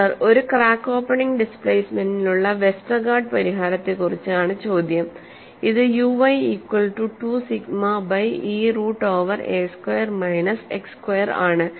sir ഒരു crack opening ഡിസ്പ്ലേസ്മെന്റിനുള്ള Westergaard പരിഹാരത്തെക്കുറിച്ച് ആണ് ചോദ്യം ഇത് u y equal to 2 sigma by E root over a square minus x square ആണ്